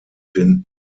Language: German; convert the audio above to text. den